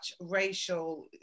racial